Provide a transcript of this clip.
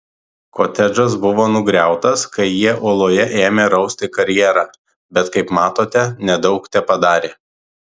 kotedžas buvo nugriautas kai jie uoloje ėmė rausti karjerą bet kaip matote nedaug tepadarė